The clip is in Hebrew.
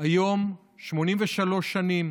היום פחות יהודים מלפני 83 שנים